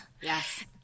yes